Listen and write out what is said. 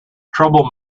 trouble